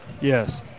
Yes